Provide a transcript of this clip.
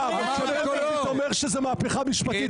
מנדלבליט אומר שזאת מהפכה משפטית.